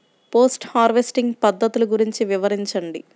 Post harvesting పద్ధతులు గురించి వివరించండి?